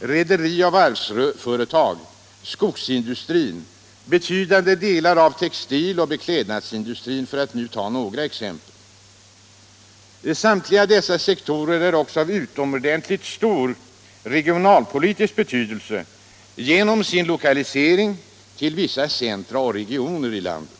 rederierna och varvsföretagen, skogsindustrin samt betydande delar av textiloch beklädnadsindustrin — för att här bara ta några exempel. Samtliga dessa sektorer är av utomordentligt stor regionalpolitisk betydelse genom sin lokalisering till vissa centra och regioner i landet.